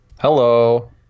Hello